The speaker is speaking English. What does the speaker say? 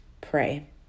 pray